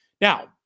Now